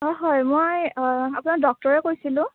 অঁ হয় মই আপোনাৰ ডক্তৰে কৈছিলোঁ